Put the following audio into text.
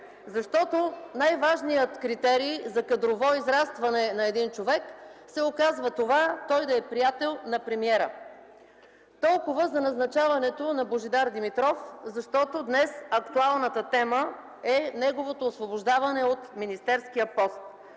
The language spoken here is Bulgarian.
Защото най-важният критерий за кадрово израстване на един човек се оказва това той да е приятел на премиера. Толкова за назначаването на Божидар Димитров, защото днес актуалната тема е неговото освобождаване от министерския пост.